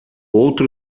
outro